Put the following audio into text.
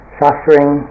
suffering